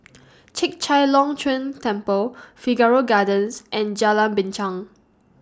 Chek Chai Long Chuen Temple Figaro Gardens and Jalan Binchang